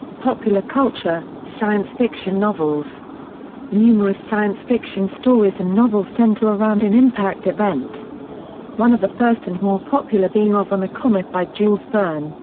popular culture science fiction novels numerous science fiction stories and novels center around an impact event one of the first and more popular being off on um a comet by jules verne,